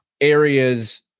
areas